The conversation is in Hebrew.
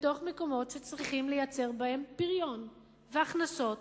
במקומות שצריכים לייצר בהם פריון והכנסות